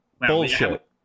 Bullshit